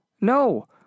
No